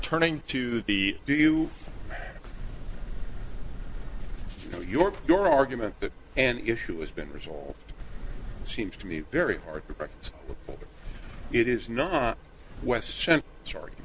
turning to the do you know your your argument that an issue has been resolved seems to me very hard to correct but it is not west sorry